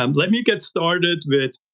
um let me get started with